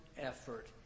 effort